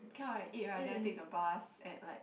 come out like eight right then I take the bus at like